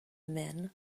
men